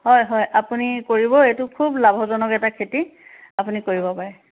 হয় হয় আপুনি কৰিব এইটো খুব লাভজনক এটা খেতি আপুনি কৰিব পাৰে